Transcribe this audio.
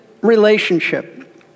relationship